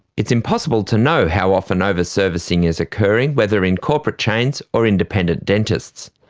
it's impossible to know how often over-servicing is occurring, whether in corporate chains or independent dentists.